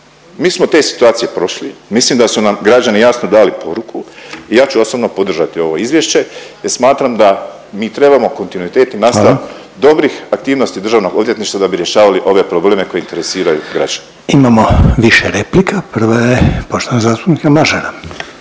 Mi smo te situacije prošli, mislim da su nam građani jasno dali poruku i ja ću osobno podržati ovo izvješće jer smatram da mi trebamo kontinuitet nastaviti … …/Upadica Željko Reiner: Hvala./… … dobrih aktivnosti državnog odvjetništva da bi rješavali ove probleme koji interesiraju građane. **Reiner, Željko (HDZ)** Imamo više replika, prva je poštovanog zastupnika Mažara.